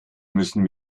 müssten